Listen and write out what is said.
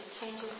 changes